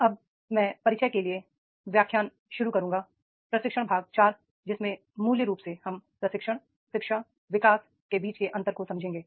अब मैं परिचय के लिए व्याख्यान शुरू करूंगा प्रशिक्षण भाग 4 जिसमें मूल रूप से हम प्रशिक्षण शिक्षा विकास के बीच के अंतर को समझेंगे